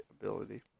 ability